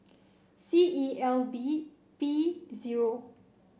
C E L B P zero